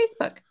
Facebook